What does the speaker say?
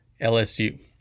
lsu